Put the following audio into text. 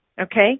Okay